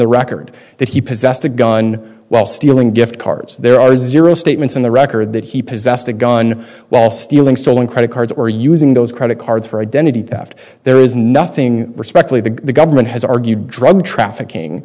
the record that he possessed a gun while stealing gift cards there are zero statements in the record that he possessed a gun while stealing stolen credit cards or using those credit cards for identity theft there is nothing respectfully the government has argued drug trafficking